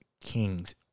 Kings